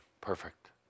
perfect